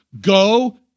go